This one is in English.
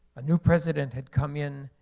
a new president had come in,